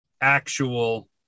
actual